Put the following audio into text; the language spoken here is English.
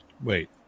Wait